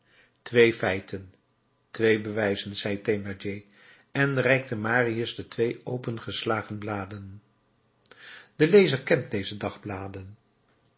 twee feiten twee bewijzen zei thénardier en reikte marius de twee opengeslagen bladen de lezer kent deze twee dagbladen